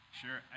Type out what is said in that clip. sure